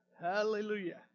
Hallelujah